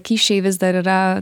kyšiai vis dar yra